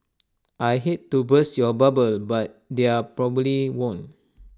I hate to burst your bubble but they are probably won't